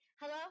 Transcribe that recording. Hello